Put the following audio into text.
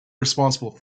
responsible